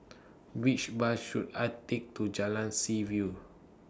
Which Bus should I Take to Jalan Seaview